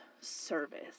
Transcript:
service